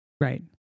Right